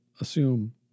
assume